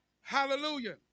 Hallelujah